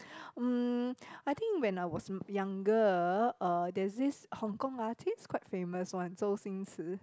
mm I think when I was m~ younger uh there's this Hong-Kong artist quite famous one 周星驰